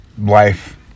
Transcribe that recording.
life